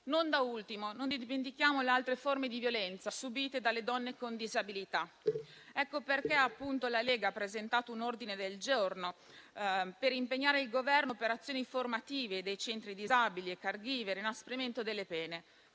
Non da ultimo, non dimentichiamo altre forme di violenza subite dalle donne con disabilità. Ecco perché, appunto, la Lega ha presentato un ordine del giorno per impegnare il Governo in azioni formative dei centri per disabili e *caregiver*, oltre all'inasprimento delle pene,